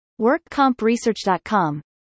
WorkCompResearch.com